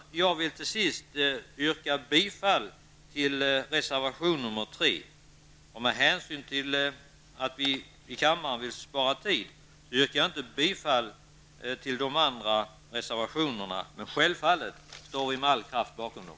Till sist vill jag yrka bifall till reservation nr 3, och för att spara kammarens tid yrkar jag inte bifall till de övriga reservationerna, men självfallet står vi med all kraft bakom dem.